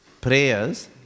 prayers